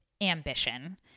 ambition